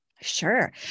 Sure